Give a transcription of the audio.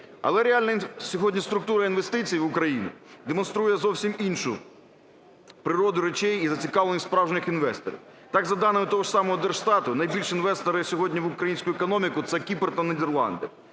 Але реальні сьогодні структури інвестицій в Україні демонструє зовсім іншу природу речей і зацікавленість справжнім інвесторів. Так, за даними того ж самогоДержстату, найбільші інвестори сьогодні в українську економіку – це Кіпр та Нідерланди.